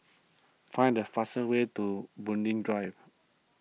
find the fast way to Bulim Drive